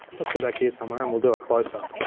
let's go back here somewhere and we'll do a closeup. and